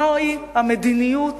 מהי המדיניות